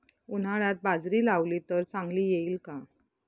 उन्हाळ्यात बाजरी लावली तर चांगली येईल का?